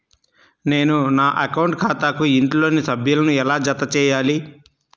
నేను నా అకౌంట్ ఖాతాకు ఇంట్లోని సభ్యులను ఎలా జతచేయాలి?